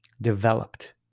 developed